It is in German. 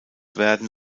werden